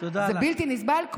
זה בלתי נסבל.